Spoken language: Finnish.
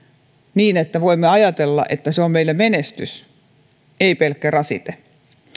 niin että voimme ajatella että se on meille menestys ei pelkkä rasite